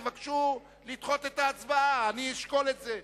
תבקשו לדחות את ההצבעה ואני אשקול את זה.